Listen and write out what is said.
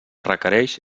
requereix